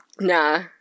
nah